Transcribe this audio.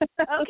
Okay